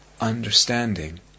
understanding